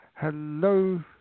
Hello